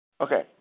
Okay